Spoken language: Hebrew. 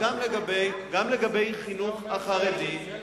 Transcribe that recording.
ילד אתיופי יכול ללכת לחינוך הממלכתי?